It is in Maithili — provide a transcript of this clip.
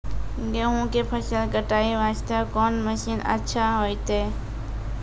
गेहूँ के फसल कटाई वास्ते कोंन मसीन अच्छा होइतै?